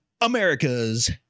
America's